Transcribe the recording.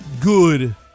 good